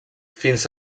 fins